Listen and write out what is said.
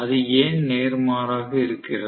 அது ஏன் நேர்மாறாக இருக்கிறது